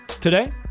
Today